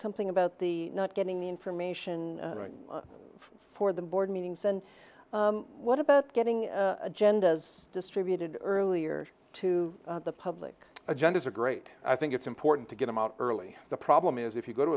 something about the not getting the information for the board meetings and what about getting agendas distributed earlier to the public agenda is a great i think it's important to get them out early the problem is if you go to